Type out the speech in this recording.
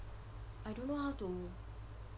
I don't know how to